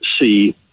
see